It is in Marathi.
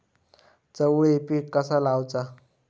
चवळी पीक कसा लावचा?